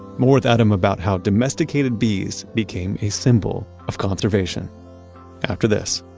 more with adam about how domesticated bees became a symbol of conservation after this